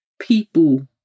people